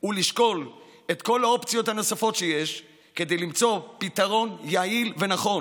ולשקול את כל האופציות הנוספות שיש כדי למצוא פתרון יעיל ונכון,